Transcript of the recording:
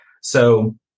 So-